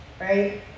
right